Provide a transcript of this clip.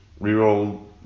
reroll